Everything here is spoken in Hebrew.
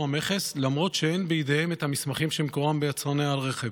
המכס למרות שאין בידיהם את המסמכים שמקורם ביצרני הרכב.